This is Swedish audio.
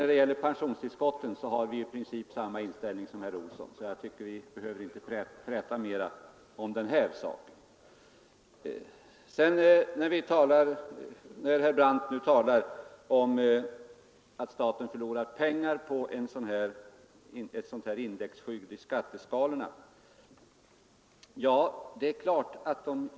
När det gäller pensionstillskotten har vi i princip samma inställning som herr Olsson, varför jag inte tycker vi behöver träta mera om den saken. Herr Brandt talar om att staten förlorar pengar på att ha ett indexskydd i skatteskalorna. Ja, det är klart.